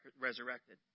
resurrected